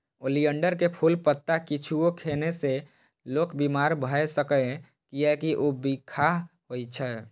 oleander के फूल, पत्ता किछुओ खेने से लोक बीमार भए सकैए, कियैकि ऊ बिखाह होइ छै